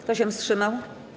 Kto się wstrzymał?